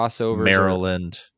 Maryland